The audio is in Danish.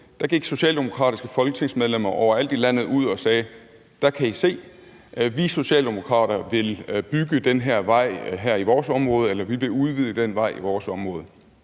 det, gik socialdemokratiske folketingsmedlemmer overalt i landet ud og sagde: Der kan I se, vi socialdemokrater vil bygge den her vej i vores område. Eller: Vi vil udvide den her vej i vores område.